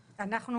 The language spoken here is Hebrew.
כן.